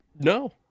no